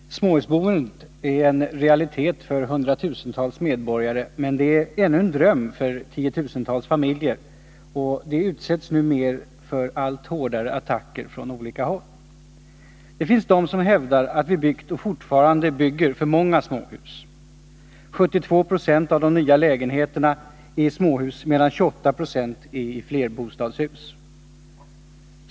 Herr talman! Småhusboendet — en realitet för hundratusentals medborgare men ännu en dröm för tiotusentals familjer — utsätts numer för allt hårdare attacker från olika håll. Det finns de som hävdar att vi byggt och fortfarande bygger för många småhus. 72 70 av de nya lägenheterna är i småhus medan 28 7 är i flerbostadshus.